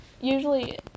Usually